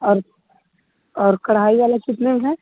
और और कढ़ाई वाला कितने में है